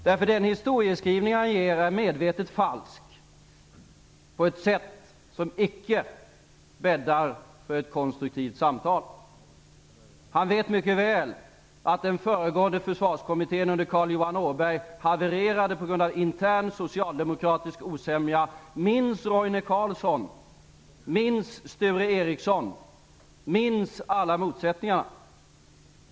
Den historieskrivning han ger är nämligen medvetet falsk på ett sätt som icke bäddar för ett konstruktivt samtal. Han vet mycket väl att den föregående försvarskommittén under Carl Johan Åberg havererade på grund av intern socialdemokratisk osämja. Minns Roine Carlsson! Minns Sture Ericsson! Minns alla motsättningarna!